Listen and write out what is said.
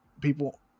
people